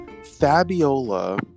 Fabiola